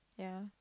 ya